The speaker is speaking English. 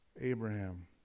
Abraham